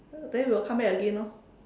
then we will come back again orh